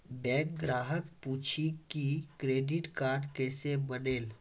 Bank ग्राहक पुछी की क्रेडिट कार्ड केसे बनेल?